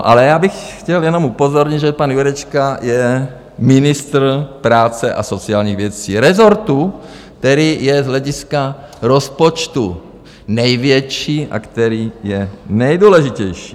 Ale já bych chtěl jenom upozornit, že pan Jurečka je ministr práce a sociálních věcí, rezortu, který je z hlediska rozpočtu největší a který je nejdůležitější.